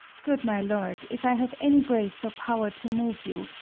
good my lord, if i have any grace or power to move you,